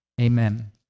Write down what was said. Amen